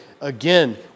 again